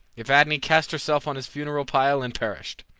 evadne cast herself on his funeral pile and perished.